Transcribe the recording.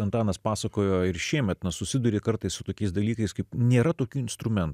antanas pasakojo ir šiemet nesusiduri kartais su tokiais dalykais kaip nėra tokių instrumentų